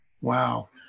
wow